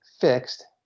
fixed